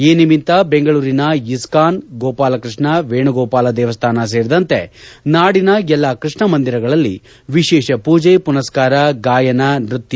ಈ ನಿಮಿತ್ತ ಬೆಂಗಳೂರಿನ ಇಸ್ಥಾನ್ ಗೋಪಾಲ ಕೃಷ್ಣ ವೇಣುಗೋಪಾಲ ದೇವಸ್ಥಾನ ಸೇರಿದಂತೆ ನಾಡಿನ ಎಲ್ಲ ಕೃಷ್ಣ ಮಂದಿರಗಳಲ್ಲಿ ವಿಶೇಷ ಪೂಜೆ ಮನಸ್ಥಾರ ಗಾಯನ ನೃತ್ತ